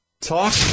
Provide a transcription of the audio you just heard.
Talk